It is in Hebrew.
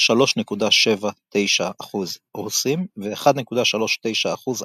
3.79% רוסים, ו-1.39% אחרים.